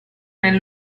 nel